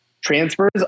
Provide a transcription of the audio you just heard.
transfers